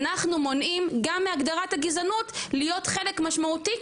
אנחנו מונעים גם מהגדרת הגזענות להיות חלק משמעותי.